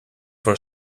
for